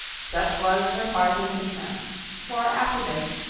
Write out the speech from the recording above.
such was her parting concern for after this,